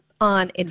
on